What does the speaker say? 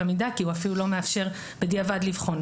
המידה כי הוא אפילו לא מאפשר בדיעבד לבחון,